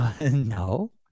No